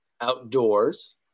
outdoors